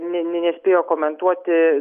ne ne nespėjo komentuoti